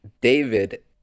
David